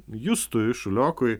justui šuliokui